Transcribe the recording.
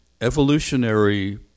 evolutionary